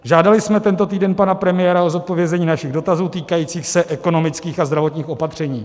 Žádali jsme tento týden pana premiéra o zodpovězení našich dotazů týkajících se ekonomických a zdravotních opatření.